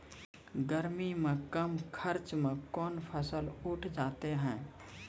गर्मी मे कम खर्च मे कौन फसल उठ जाते हैं?